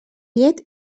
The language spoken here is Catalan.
llet